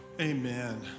Amen